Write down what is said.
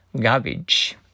Garbage